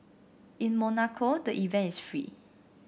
in Monaco the event is free